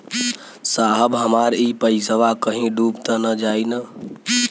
साहब हमार इ पइसवा कहि डूब त ना जाई न?